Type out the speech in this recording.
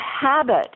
habit